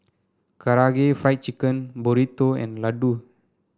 Karaage Fried Chicken Burrito and Ladoo